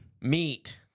meat